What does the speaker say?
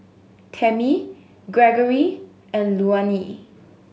Tamie Greggory and Luanne